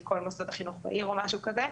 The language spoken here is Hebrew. כל מוסדות החינוך בעיר או משהו כזה,